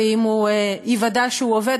ואם ייוודע שהוא עובד,